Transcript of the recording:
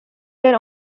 their